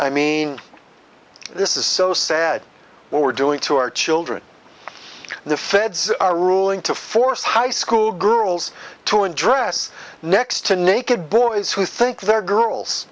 i mean this is so sad what we're doing to our children the feds are ruling to force high school girls to undress next to naked boys who think they're girls